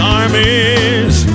armies